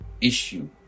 issue